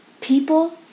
People